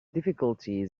difficulties